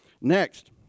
next